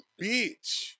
bitch